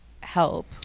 help